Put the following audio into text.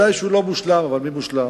ודאי שהוא לא מושלם, אבל מי מושלם?